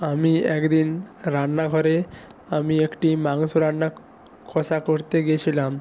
আমি একদিন রান্নাঘরে আমি একটি মাংস রান্না কষা করতে গেছিলাম